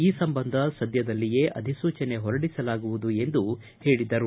ಈ ಸಂಬಂಧ ಸದ್ದದಲ್ಲಿಯೇ ಅಧಿಸೂಚನೆ ಹೊರಡಿಸಲಾಗುವುದು ಎಂದು ಹೇಳದರು